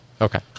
Okay